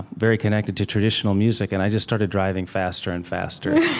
very connected to traditional music. and i just started driving faster and faster